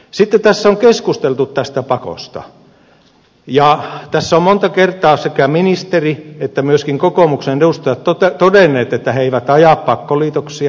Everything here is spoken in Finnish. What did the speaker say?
sitten tässä on keskusteltu tästä pakosta ja tässä ovat monta kertaa sekä ministeri että myöskin kokoomuksen edustajat todenneet että he eivät aja pakkoliitoksia